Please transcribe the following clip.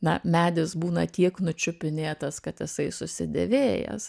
na medis būna tiek nučiupinėtas kad jisai susidėvėjęs